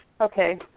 okay